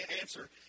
answer